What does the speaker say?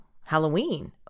Halloween